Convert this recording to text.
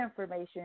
information